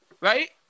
right